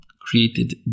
created